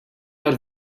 out